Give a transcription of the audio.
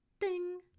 Ding